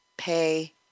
Pay